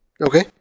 Okay